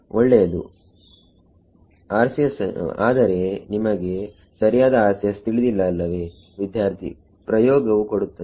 ಒಳ್ಳೆಯದು ಆದರೆ ನಿಮಗೆ ಸರಿಯಾದ RCS ತಿಳಿದಿಲ್ಲ ಅಲ್ಲವೇ ವಿದ್ಯಾರ್ಥಿಪ್ರಯೋಗವು ಕೊಡುತ್ತದೆ